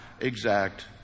exact